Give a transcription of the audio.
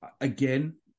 again